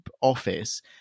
office